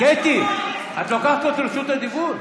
קטי, את לוקחת לו את רשות הדיבור?